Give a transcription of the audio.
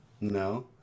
No